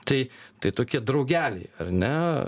tai tai tokie draugeliai ar ne